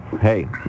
Hey